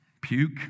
puke